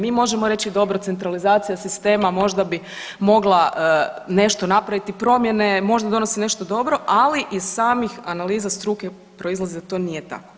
Mi možemo reći dobro centralizacija sistema možda bi mogla nešto napraviti, promjene, možda donosi nešto dobro, ali iz samih analiza struke proizlazi da to nije tako.